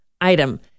item